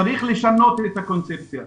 צריך לשנות את הקונספציה,